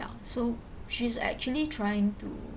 ya so she's actually trying to